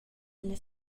alla